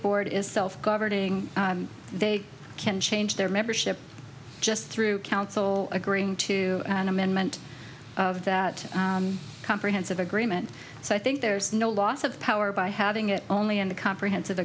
board is self governing they can change their membership just through council agreeing to an amendment of that comprehensive agreement so i think there's no loss of power by having it only in the comprehensive